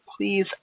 please